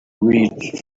reached